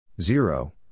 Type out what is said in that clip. zero